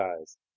eyes